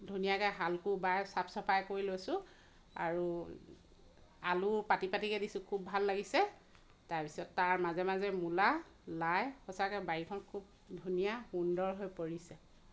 ধুনীয়াকে হাল কোৰ বাই চাফ চাফাই কৰি লৈছোঁ আৰু আলু পাটি পাটিকে দিছোঁ খুব ভাল লাগিছে তাৰপিছত তাৰ মাজে মাজে মূলা লাই সঁচাকে বাৰীখন খুব ধুনীয়া সুন্দৰ হৈ পৰিছে